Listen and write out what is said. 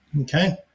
okay